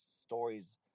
stories